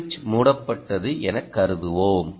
சுவிட்ச் மூடப்பட்டது என கருதுவோம்